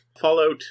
Fallout